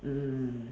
mm